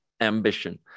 ambition